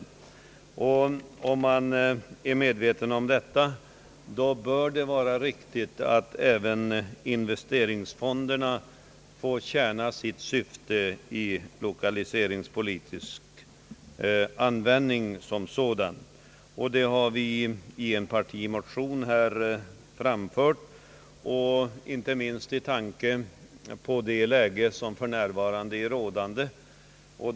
Om man är medveten om detta bör det anses vara riktigt att även investeringsfonderna får tjäna sitt syfte i lokaliseringspolitisk användning. Detta har vi i en partimotion yrkat, inte minst med tanke på det läge som för närvarande råder.